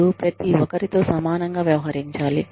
మీరు ప్రతి ఒకరితో సమానంగా వ్యవహరిచాలి